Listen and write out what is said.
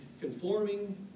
conforming